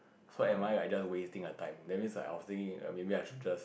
so am I like just wasting her time that means like I was thinking maybe I should just